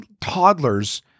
toddlers